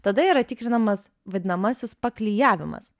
tada yra tikrinamas vadinamasis paklijavimas